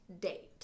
date